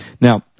Now